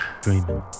Dreaming